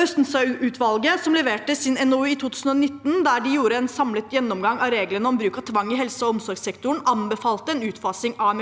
Østenstad-utvalget, som leverte sin NOU i 2019 der de hadde en samlet gjennomgang av reglene om bruk av tvang i helse- og omsorgssektoren, anbefalte en utfasing av